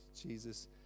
Jesus